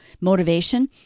motivation